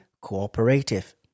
cooperative